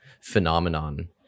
phenomenon